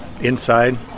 inside